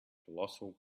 colossal